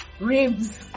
Ribs